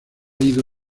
ido